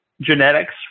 genetics